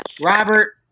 Robert